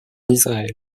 israël